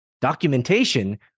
Documentation